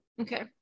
okay